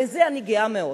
בזה אני גאה מאוד.